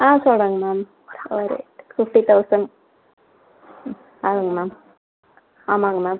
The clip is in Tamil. ஆ சொல்லுறேங்க மேம் ஃபிஃப்டி தொளசண்ட் ம் ஆமாம்ங்க மேம் ஆமாம்ங்க மேம்